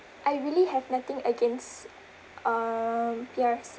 I really have nothing against um P_R_~